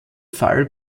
fall